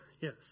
yes